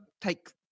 take